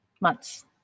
months